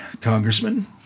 congressman